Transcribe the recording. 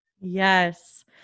Yes